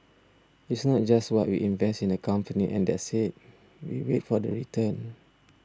it's not just what we invest in the company and that's it we wait for the return